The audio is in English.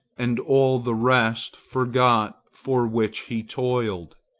and all the rest forgot for which he toiled.